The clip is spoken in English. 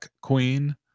queen